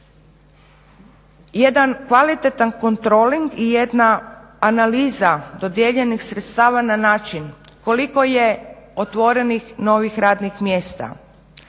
Jedan kvalitetan kontroling i jedna analiza dodijeljenih sredstava na način koliko je otvorenih novih radnih mjesta,